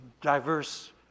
diverse